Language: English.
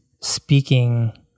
speaking